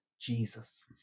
jesus